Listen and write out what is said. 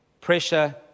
Pressure